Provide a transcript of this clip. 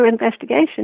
investigation